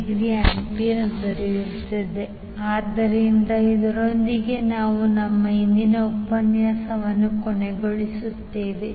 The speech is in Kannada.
87°A ಆದ್ದರಿಂದ ಇದರೊಂದಿಗೆ ನಾವು ನಮ್ಮ ಇಂದಿನ ಉಪನ್ಯಾಸವನ್ನು ಕೊನೆಗೊಳಿಸುತ್ತೇವೆ